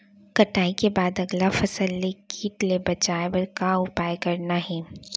कटाई के बाद अगला फसल ले किट ले बचाए बर का उपाय करना हे?